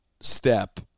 step